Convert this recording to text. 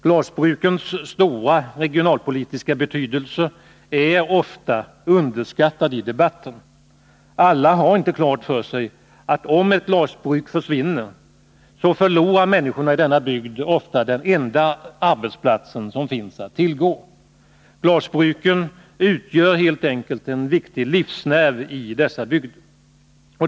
Glasbrukens stora regionalpolitiska betydelse är ofta underskattad i debatten. Alla har inte klart för sig att om ett glasbruk försvinner förlorar människorna i denna bygd ofta den enda arbetsplats som finns att tillgå. Glasbruken är helt enkelt en viktig livsnerv i dessa bygder.